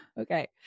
Okay